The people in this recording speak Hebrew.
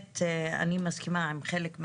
אני לא אאפשר וויכוח בין חברי